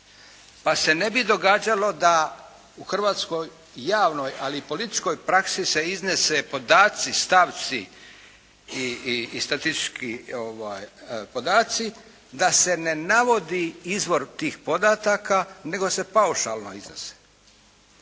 pa se ne bi događalo da u hrvatskoj javnoj ali i političkoj praksi se iznesu podaci, stavci i statistički podaci da se ne navodi izvor tih podataka nego se paušalno iznose.